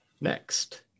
next